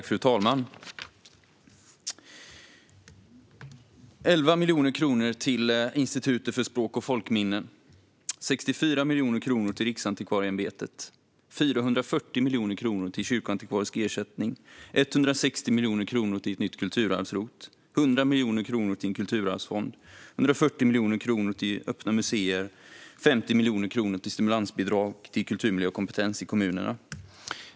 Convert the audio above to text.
Fru talman! 11 miljoner kronor till Institutet för språk och folkminnen, 64 miljoner kronor till Riksantikvarieämbetet, 440 miljoner kronor till kyrkoantikvarisk ersättning, 160 miljoner kronor till ett nytt kulturarvs-ROT, 100 miljoner kronor till en kulturarvsfond, 140 miljoner kronor till öppna museer, 50 miljoner kronor till stimulansbidrag till kulturmiljö och kompetens i kommunerna.